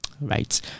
right